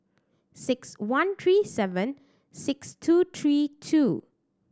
six one three seven six two three two